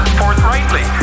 forthrightly